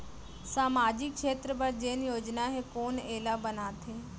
सामाजिक क्षेत्र बर जेन योजना हे कोन एला बनाथे?